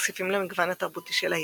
המוסיפים למגוון התרבותי של העיר.